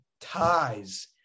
ties